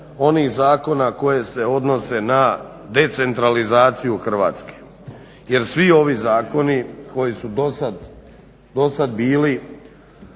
onih zakona koji se odnose na decentralizaciju Hrvatske jer svi ovi zakoni koji su do sada bili